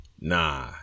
nah